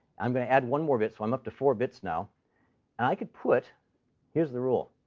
i'm going to add one more bit, so i'm up to four bits now. and i could put here's the rule.